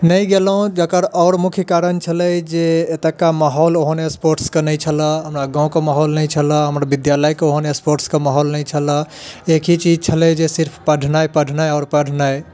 नहि गेलहुॅं जेकर आओर मुख्य कारण छलै जे एतुका माहौल ओहन स्पोर्ट्सके नहि छलए हमरा गाँवके माहौल नहि छलए हमर विद्यालयके ओहन स्पोर्ट्सके माहौल नहि छलए एक ही चीज छलै जे सिर्फ पढ़नाइ पढ़नाइ आओर पढ़नाइ